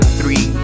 three